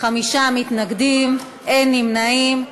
חמישה מתנגדים, אין נמנעים.